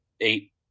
eight